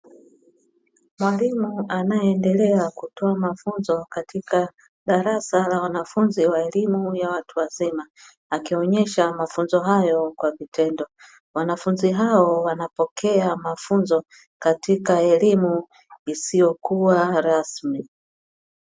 Mwalimu anaendelea kutoa mafunzo katika darasa la wanafunzi wa elimu ya watu wazima. Akionyesha mafunzo hayo kwa vitendo. Wanafunzi hao wanapokea mafunzo katika elimu isiyo kuwa rasmi.